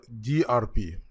DRP